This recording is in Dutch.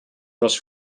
was